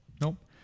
Nope